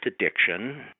addiction